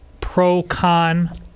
pro-con